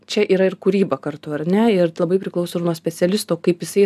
čia yra ir kūryba kartu ar ne ir labai priklauso ir nuo specialisto kaip jisai